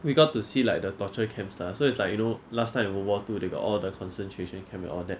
we got to see like the torture camps lah so it's like you know last time in world war two they got all the concentration camp and all that